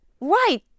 right